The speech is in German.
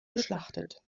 geschlachtet